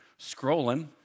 scrolling